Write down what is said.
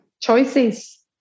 Choices